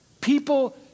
People